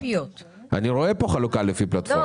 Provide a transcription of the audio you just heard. מה זה חלוקה לפי פלטפורמות?